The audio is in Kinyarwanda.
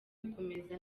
gukomeza